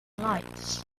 lights